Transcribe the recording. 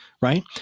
right